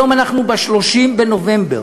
היום אנחנו ב-30 בנובמבר.